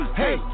hey